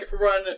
run